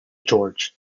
george